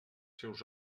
seus